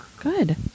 Good